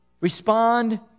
respond